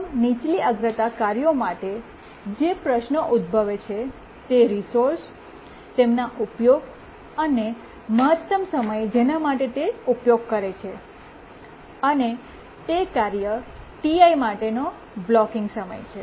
તમામ નીચલી અગ્રતા કાર્યો માટે જે પ્રશ્ન ઉદ્ભવે છે તે રિસોર્સ તેમના ઉપયોગ અને મહત્તમ સમય જેના માટે તે ઉપયોગ કરે છે અને તે કાર્ય Ti માટેનો બ્લૉકિંગ સમય છે